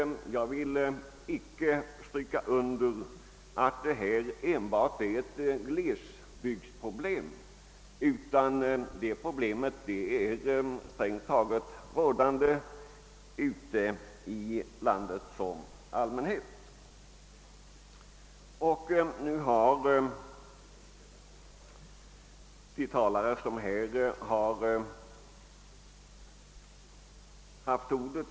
Jag vill icke säga att detta enbart är ett bekymmer för glesbygdsbefolkningen, utan det finns strängt taget i hela vårt land.